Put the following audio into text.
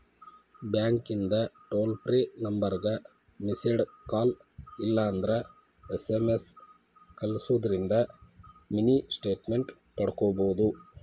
ಬ್ಯಾಂಕಿಂದ್ toll free ನಂಬರ್ಗ missed call ಇಲ್ಲಂದ್ರ ಎಸ್.ಎಂ.ಎಸ್ ಕಲ್ಸುದಿಂದ್ರ ಮಿನಿ ಸ್ಟೇಟ್ಮೆಂಟ್ ಪಡ್ಕೋಬೋದು